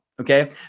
Okay